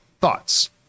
thoughts